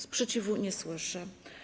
Sprzeciwu nie słyszę.